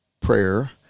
prayer